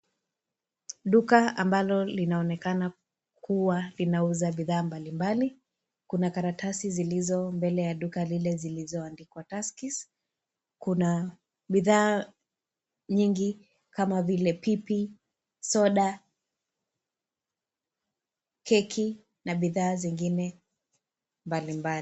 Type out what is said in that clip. Duka ambalo linaonekana kuwa linauza bidhaa mbalimbali. Kuna kalatasi silizo mbele ya duka lile silizoandikwa turskeys .Kuna bidhaa nyingi kama vile bibi, soda, keki na bidhaa zingine mbalimbali.